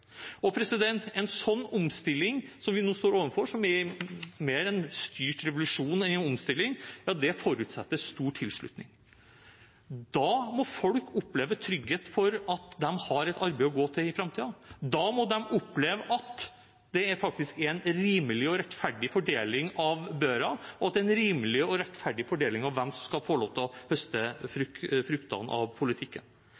En slik omstilling som vi nå står overfor, som er mer en styrt revolusjon enn en omstilling, forutsetter stor tilslutning. Da må folk oppleve trygghet for at de har et arbeid å gå til i framtiden, da må de oppleve at det faktisk er en rimelig og rettferdig fordeling av børen, og at det er en rimelig og rettferdig fordeling av hvem som skal få lov til å høste